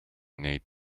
need